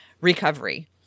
recovery